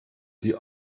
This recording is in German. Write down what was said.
die